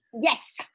Yes